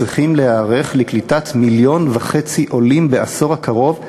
צריכים להיערך לקליטת מיליון וחצי עולים בעשור הקרוב.